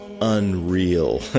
unreal